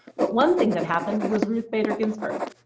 but one thing that happened was ruth bader ginsburg.